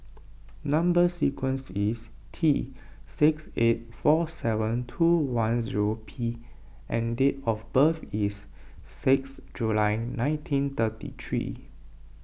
Number Sequence is T six eight four seven two one zero P and date of birth is six July nineteen thirty three